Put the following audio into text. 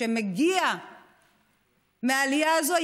שמגיע מהעלייה הזאת,